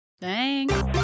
Thanks